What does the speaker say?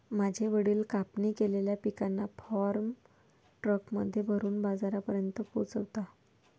माझे वडील कापणी केलेल्या पिकांना फार्म ट्रक मध्ये भरून बाजारापर्यंत पोहोचवता